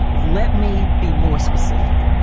let me be more specific.